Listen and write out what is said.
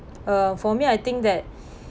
uh for me I think that